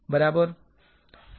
બરાબર